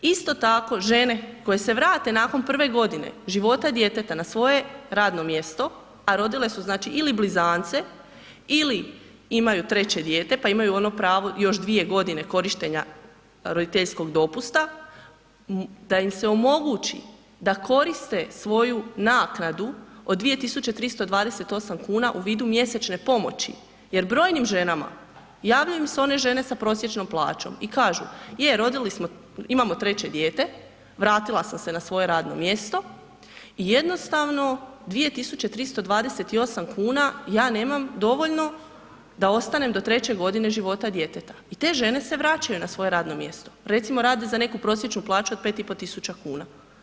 Isto tako, žene koje se vrate nakon prve godine života djeteta n svoje radno mjesto a rodile su znači ili blizance ili imaju treće dijete pa imaju ono pravo još 2 g. korištenje roditeljskog dopusta, da im se omogući da koriste svoju naknadu od 2328 kn u vidu mjesečne pomoći jer brojnim ženama, javljaju im se one žene sa prosječnom plaćom i kažu, je rodile smo, imamo treće dijete, vratila sam se na svoje radno mjesto i jednostavno 2328 kn, ja nemam dovoljno da ostanem do treće godine života djeteta i te žene se vraćaju na svoje radno mjesto, recimo rade za neku prosječnu plaću od 5500 kuna.